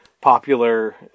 popular